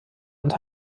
und